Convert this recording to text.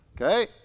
Okay